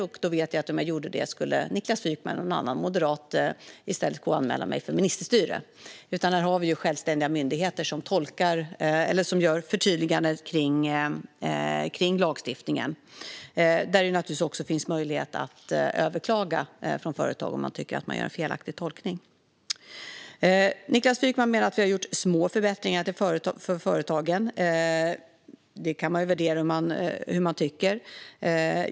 Jag vet att om jag gjorde det skulle Niklas Wykman eller någon annan moderat i stället anmäla mig för ministerstyre. Vi har självständiga myndigheter som gör förtydliganden kring lagstiftningen, och det finns naturligtvis möjlighet för företag att överklaga om de tycker att det görs en felaktig tolkning. Niklas Wykman menar att vi har gjort små förbättringar för företagen. Det kan man värdera som man tycker.